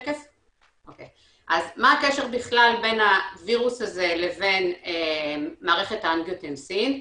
מה הקשר בכלל בין הווירוס הזה לבין מערכת האנגיוטנסין?